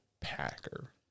Packer